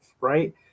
right